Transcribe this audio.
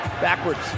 Backwards